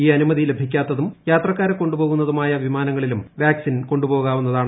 ഈ അനുമതി ലഭിക്കാത്തും യാത്രക്കാരെ കൊണ്ടു പോകുന്നതുമായ വിമാനങ്ങളിലും വാക്സിൻ കൊണ്ടു പോകാവുന്നതാണ്